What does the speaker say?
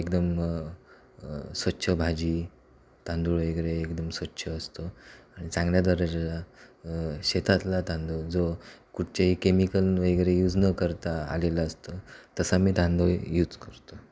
एकदम स्वच्छ भाजी तांदूळ वगैरे एकदम स्वच्छ असतं आणि चांगल्या शेतातला तांदूळ जो कुठचेही केमिकल वगैरे यूज न करता आलेला असतो तसा मी तांदूळ यूज करतो